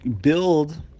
build